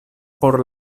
por